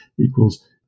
equals